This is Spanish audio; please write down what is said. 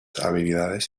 habilidades